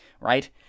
right